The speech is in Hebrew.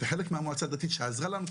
וחלק מהמועצה הדתית שעזרה לנו,